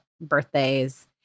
birthdays